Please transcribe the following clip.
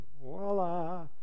voila